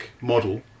model